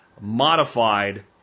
modified